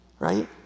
Right